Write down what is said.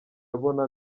abona